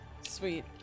Sweet